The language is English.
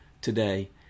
today